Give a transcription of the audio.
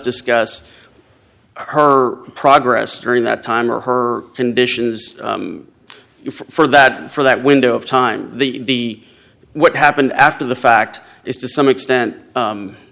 discuss her progress during that time or her conditions for that for that window of time the what happened after the fact is to some extent